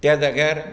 त्या जाग्यार